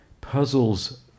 puzzles